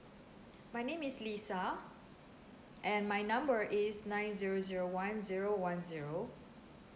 my name is lisa and my number is nine zero zero one zero one zero